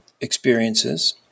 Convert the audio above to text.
experiences